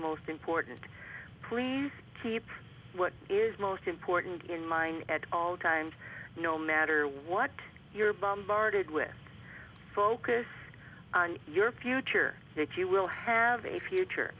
most important please keep what is most important in mind at all times no matter what you're bombarded with focus on your future that you will have a future